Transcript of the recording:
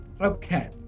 okay